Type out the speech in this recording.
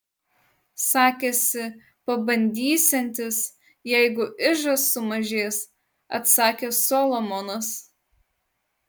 sakėsi pabandysiantis jeigu ižas sumažės atsakė solomonas